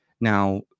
Now